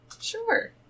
Sure